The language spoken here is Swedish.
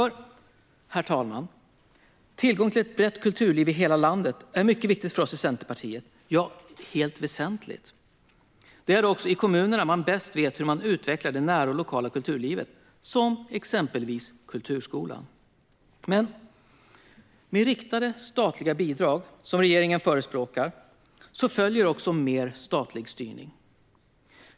Herr talman! Tillgång till ett brett kulturliv i hela landet är mycket viktigt för oss i Centerpartiet - ja, det är helt väsentligt. Det är också i kommunerna man bäst vet hur man utvecklar det nära och lokala kulturlivet, som exempelvis kulturskolan. Men med riktade statliga bidrag, som regeringen förespråkar, följer också mer statlig styrning.